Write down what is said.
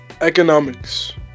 Economics